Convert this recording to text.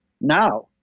now